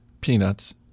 peanuts